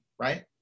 right